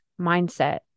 mindset